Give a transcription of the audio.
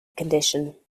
condition